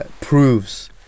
proves